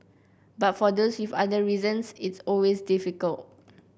but for those with other reasons it's always difficult